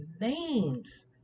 names